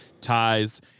ties